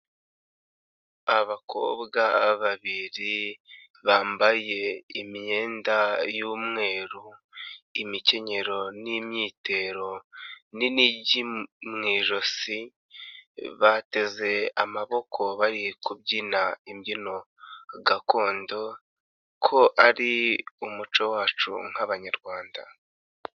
Abakobwa babiri bambaye imyenda y'umweru, imikenyero n'imyitero nini mu ijosi, bateze amaboko bari kubyina imbyino gakondo, ko ari umuco wacu nk'Abanyarwanda.